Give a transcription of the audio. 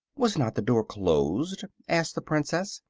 was not the door closed? asked the princess.